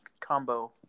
Combo